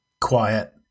Quiet